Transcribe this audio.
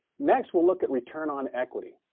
next, we'll look at return on equity.